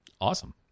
Awesome